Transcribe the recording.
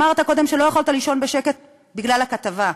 אמרת קודם שלא יכולת לישון בשקט בגלל הכתבה.